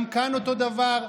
גם כאן אותו דבר,